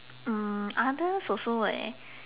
mm others also leh